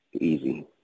easy